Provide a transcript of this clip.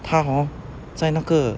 他 hor 在那个